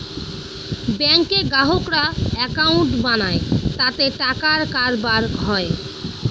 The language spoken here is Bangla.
ব্যাঙ্কে গ্রাহকরা একাউন্ট বানায় তাতে টাকার কারবার হয়